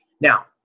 Now